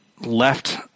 left